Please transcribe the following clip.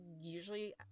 usually